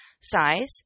size